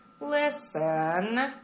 listen